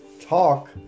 talk